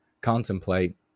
contemplate